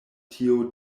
tio